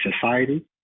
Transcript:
society